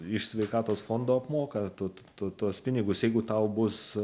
iš sveikatos fondo apmoka tu tuos pinigus jeigu tau bus